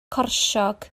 corsiog